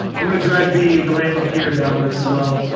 i'm going to drag the, the lamp up here downwards as well.